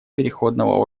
переходного